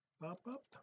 pop-up